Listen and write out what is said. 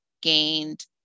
gained